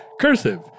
Cursive